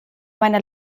meiner